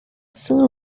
sun